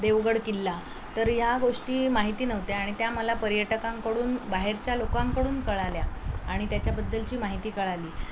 देवगड किल्ला तर या गोष्टी माहिती नव्हत्या आणि त्या मला पर्यटकांकडून बाहेरच्या लोकांकडून कळाल्या आणि त्याच्याबद्दलची माहिती कळाली